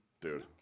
Dude